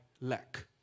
lack